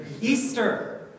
Easter